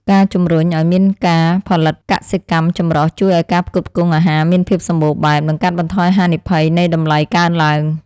ការជម្រុញឱ្យមានការផលិតកសិកម្មចម្រុះជួយឱ្យការផ្គត់ផ្គង់អាហារមានភាពសម្បូរបែប និងកាត់បន្ថយហានិភ័យនៃតម្លៃកើនឡើង។